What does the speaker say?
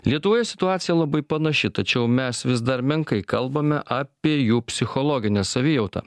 lietuvoje situacija labai panaši tačiau mes vis dar menkai kalbame apie jų psichologinę savijautą